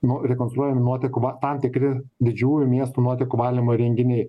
nu rekonstruojami nuotekų va tam tikri didžiųjų miestų nuotekų valymo įrenginiai